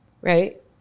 Right